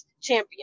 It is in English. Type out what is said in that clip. champion